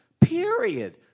period